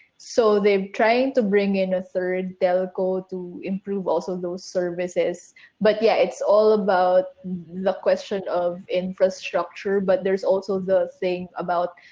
so they're trying to bring in a third telco to improve also those services but, yeah, it's all about the question of infrastructure but there's also the thing about